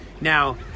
now